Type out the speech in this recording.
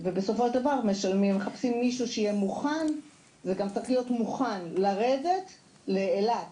ומחפשים מישהו שיהיה מוכן לרדת לאילת